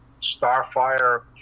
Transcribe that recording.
Starfire